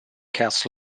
cass